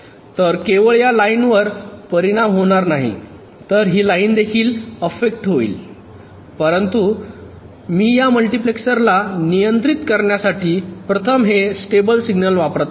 तर केवळ या लाइन वर परिणाम होणार नाही तर ही लाईन देखील affect होईल परंतु मी या मल्टीप्लेसरला नियंत्रित करण्यासाठी प्रथम हे स्टेबल सिग्नल वापरत आहे